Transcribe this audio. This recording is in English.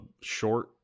short